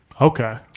Okay